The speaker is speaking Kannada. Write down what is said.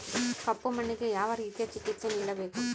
ಕಪ್ಪು ಮಣ್ಣಿಗೆ ಯಾವ ರೇತಿಯ ಚಿಕಿತ್ಸೆ ನೇಡಬೇಕು?